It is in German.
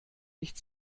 nicht